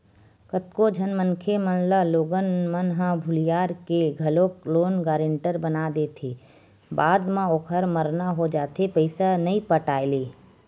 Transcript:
कतको झन मनखे मन ल लोगन मन ह भुलियार के घलोक लोन गारेंटर बना देथे बाद म ओखर मरना हो जाथे पइसा नइ पटाय ले